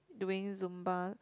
doing zumba